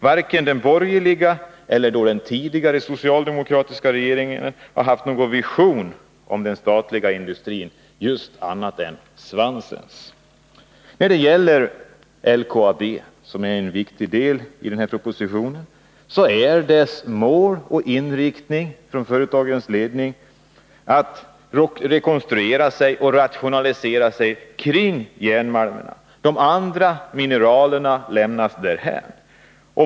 Varken de borgerliga regeringarna eller den tidigare socialdemokratiska regeringen har haft någon annan vision av den statliga industrin än just — svansens. När det gäller LKAB, som är en viktig del i det som behandlas i propositionen, är företagsledningens mål och inriktning att rekonstruera och rationalisera verksamhet som bygger på järnmalmen. De andra mineralen lämnas därhän.